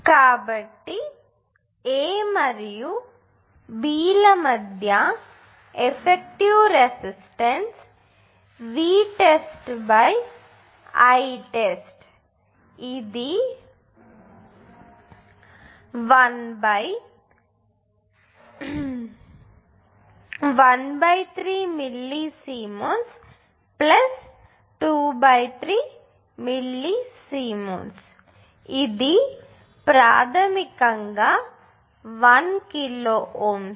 కాబట్టి A మరియు B ల మధ్య ఎఫెక్టివ్ రెసిస్టన్స్ VtestItest ఇది 1 13 మిల్లిసిమెన్స్ 23మిల్లీసీమెన్స్ ఇది ప్రాథమికంగా 1 కిలోΩ